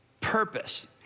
purpose